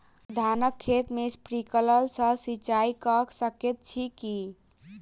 धानक खेत मे स्प्रिंकलर सँ सिंचाईं कऽ सकैत छी की?